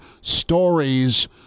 stories